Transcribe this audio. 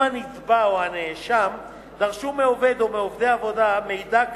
אם הנתבע או הנאשם דרשו מעובד או מדורש העבודה מידע,